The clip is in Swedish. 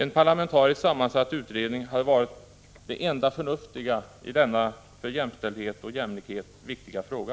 En parlamentariskt sammansatt utredning hade varit det enda förnuftiga i denna för jämställdhet och jämlikhet viktiga fråga.